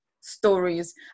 stories